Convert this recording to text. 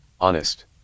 Honest